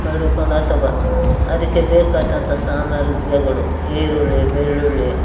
ಅಥವ ಅದಕ್ಕೆ ಬೇಕಾದಂಥ ಸಾಮಾಗ್ರಿಗಳು ಈರುಳ್ಳಿ ಬೆಳ್ಳುಳ್ಳಿ